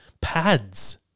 pads